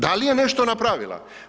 Da li je nešto napravila?